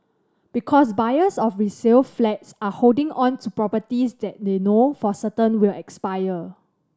because buyers of resale flats are holding on to properties that they know for certain will expire